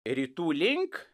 rytų link